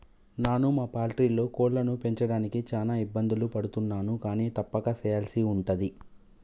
నాను మా పౌల్ట్రీలో కోళ్లను పెంచడానికి చాన ఇబ్బందులు పడుతున్నాను కానీ తప్పక సెయ్యల్సి ఉంటది